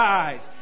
eyes